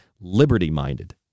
liberty-minded